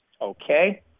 Okay